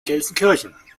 gelsenkirchen